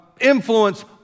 influence